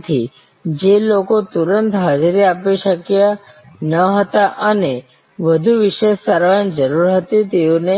તેથી જે લોકો તુરંત હાજરી આપી શક્યા ન હતા અને વધુ વિશેષ સારવારની જરૂર હતી તેઓને